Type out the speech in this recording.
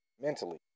Mentally